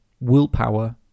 willpower